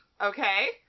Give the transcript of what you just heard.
Okay